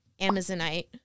Amazonite